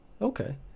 okay